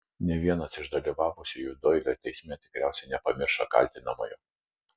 nė vienas iš dalyvavusiųjų doilio teisme tikriausiai nepamiršo kaltinamojo